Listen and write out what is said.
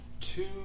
Two